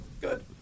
Good